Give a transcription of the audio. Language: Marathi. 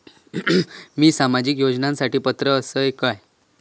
मी सामाजिक योजनांसाठी पात्र असय काय?